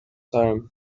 time